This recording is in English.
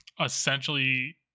essentially